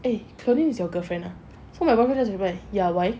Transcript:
eh kelly is your girlfriend ah so my boyfriend just reply ya why